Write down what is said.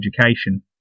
education